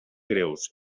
greus